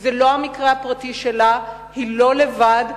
זה לא המקרה הפרטי שלה, היא לא לבד.